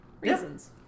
Reasons